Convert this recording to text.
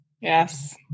Yes